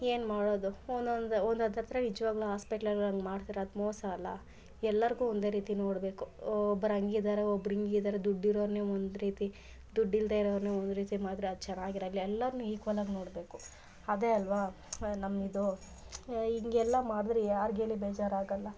ಏನು ಮಾಡೋದು ಒನೊಂದು ಒಂದೊಂದು ಹತ್ರ ನಿಜವಾಗ್ಲು ಹಾಸ್ಪೆಟ್ಲ್ವ್ರ್ ಹಂಗ್ ಮಾಡ್ತಾರ ಅದು ಮೋಸ ಅಲ್ಲಾ ಎಲ್ಲರಿಗೂ ಒಂದೇ ರೀತಿ ನೋಡಬೇಕು ಒಬ್ರು ಹಂಗಿದಾರೆ ಒಬ್ರು ಹಿಂಗಿದಾರೆ ದುಡ್ಡು ಇರೋರನ್ನೆ ಒಂದು ರೀತಿ ದುಡ್ಡು ಇಲ್ಲದೆ ಇರೋರನ್ನೆ ಒಂದು ರೀತಿ ಮಾಡಿದ್ರೆ ಅದು ಚೆನ್ನಾಗಿರಲ್ ಎಲ್ಲಾರನ್ನು ಇಕ್ವಲ್ ಆಗಿ ನೋಡಬೇಕು ಅದೇ ಅಲ್ವ ನಮ್ಮಿದು ಹಿಂಗೆಲ್ಲ ಮಾಡಿದ್ರೆ ಯಾರ್ಗೇಳಿ ಬೇಜಾರಾಗಲ್ಲ